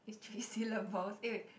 is three syllables eh wait